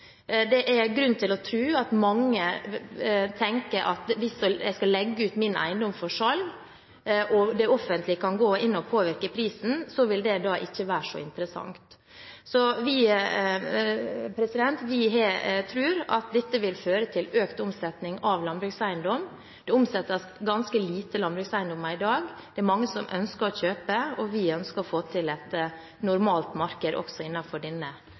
Det er grunn til å tro at mange tenker at hvis en skal legge ut sin eiendom for salg og det offentlige kan gå inn og påvirke prisen, vil det ikke være så interessant. Vi tror at dette vil føre til økt omsetning av landbrukseiendommer. Det omsettes ganske få landbrukseiendommer i dag. Det er mange som ønsker å kjøpe, og vi ønsker å få et normalt marked også innenfor denne